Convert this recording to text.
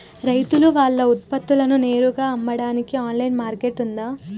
రైతులు వాళ్ల ఉత్పత్తులను నేరుగా అమ్మడానికి ఆన్లైన్ మార్కెట్ ఉందా?